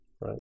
right